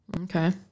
Okay